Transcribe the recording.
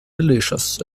delicious